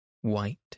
white